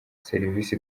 serivise